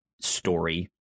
story